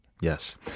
Yes